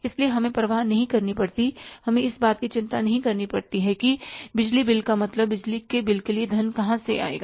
इसलिए हमें परवाह नहीं करनी पढ़ती हमें इस बात की चिंता नहीं करनी पढ़ती कि बिजली बिल का मतलब बिजली बिल के लिए धन कहाँ से आएगा